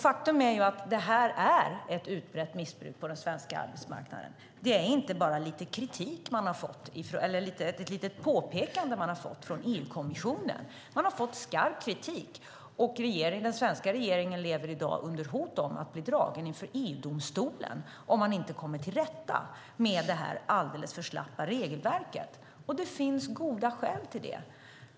Faktum är att det här är ett utbrett missbruk på den svenska arbetsmarknaden. Det är inte bara ett litet påpekande man har fått från EU-kommissionen, utan man har fått skarp kritik. Den svenska regeringen lever i dag under hot om att bli dragen inför EU-domstolen om man inte kommer till rätta med det här alldeles för slappa regelverket. Det finns goda skäl till det.